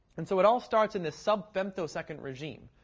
and so, it all starts in this sub-femtosecond regime,